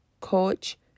coach